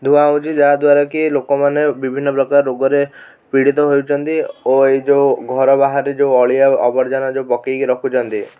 ଧୂଆଁ ହେଉଛି ଯାହାଦ୍ୱାରା କି ଲୋକମାନେ ବିଭିନ୍ନ ପ୍ରକାର ରୋଗରେ ପୀଡ଼ିତ ହେଉଛନ୍ତି ଓ ଏଇ ଯେଉଁ ଘର ବାହାରେ ଯେଉଁ ଅଳିଆ ଆବର୍ଜନା ଯେଉଁ ପକାଇକି ରଖୁଛନ୍ତି